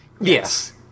Yes